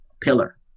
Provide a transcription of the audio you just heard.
pillar